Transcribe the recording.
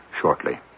shortly